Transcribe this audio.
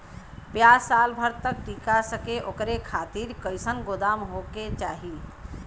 प्याज साल भर तक टीका सके ओकरे खातीर कइसन गोदाम होके के चाही?